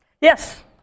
Yes